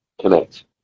connect